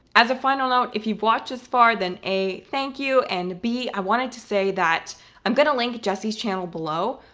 as a final note, if you've watched this far, then a, thank you, and b, i wanted to say that i'm gonna link jesse's channel below.